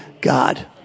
God